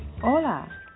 Hola